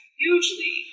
hugely